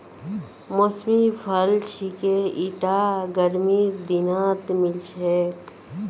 मौसमी फल छिके ईटा गर्मीर दिनत मिल छेक